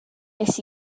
nes